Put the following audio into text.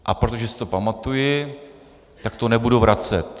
A protože si to pamatuji, tak to nebudu vracet.